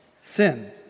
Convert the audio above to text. sin